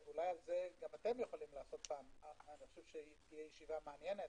אולי זה גם אתם יכולים לעשות כאן אני חושב שתהיה ישיבה מעניינת.